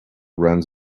runs